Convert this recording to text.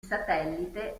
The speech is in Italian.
satellite